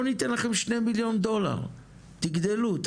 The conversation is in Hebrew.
גייסנו ל-MindCET 7.5 מיליון דולר ועוד 5 מיליון דולר מתורמים